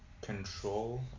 control